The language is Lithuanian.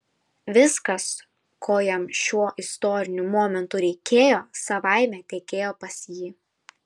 viskas ko jam šiuo istoriniu momentu reikėjo savaime tekėjo pas jį